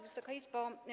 Wysoka Izbo!